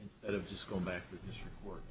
instead of just going back to work